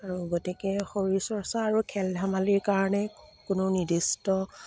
আৰু গতিকে শৰীৰ চৰ্চা আৰু খেল ধেমালিৰ কাৰণে কোনো নিৰ্দিষ্ট